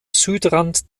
südrand